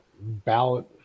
ballot